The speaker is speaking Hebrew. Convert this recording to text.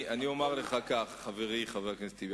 אני אומר לך כך, חברי חבר הכנסת טיבי.